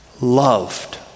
loved